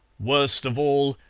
worst of all,